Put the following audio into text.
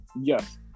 Yes